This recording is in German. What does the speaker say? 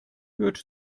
hört